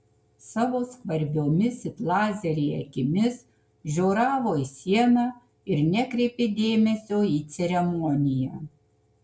savo skvarbiomis it lazeriai akimis žioravo į sieną ir nekreipė dėmesio į ceremoniją